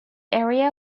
area